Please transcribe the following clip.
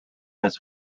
this